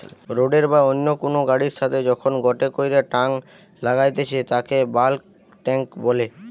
রোডের বা অন্য কুনু গাড়ির সাথে যখন গটে কইরা টাং লাগাইতেছে তাকে বাল্ক টেংক বলে